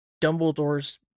Dumbledore's